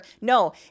No